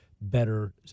better